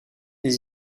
les